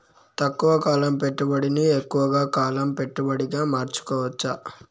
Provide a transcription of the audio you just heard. తక్కువ కాలం పెట్టుబడిని ఎక్కువగా కాలం పెట్టుబడిగా మార్చుకోవచ్చా?